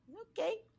Okay